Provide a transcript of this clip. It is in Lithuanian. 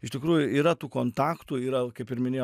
iš tikrųjų yra tų kontaktų yra kaip ir minėjo